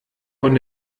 von